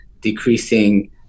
decreasing